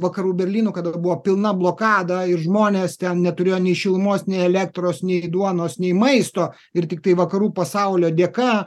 vakarų berlynu kada buvo pilna blokada ir žmonės ten neturėjo nei šilumos nei elektros nei duonos nei maisto ir tiktai vakarų pasaulio dėka